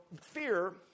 fear